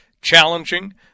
challenging